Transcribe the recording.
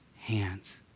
hands